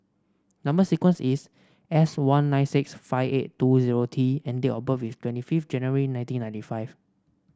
number sequence is S one nine six five eight two zero T and date of birth is twenty five January nineteen ninety five